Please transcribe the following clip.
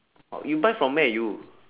oh you buy from where you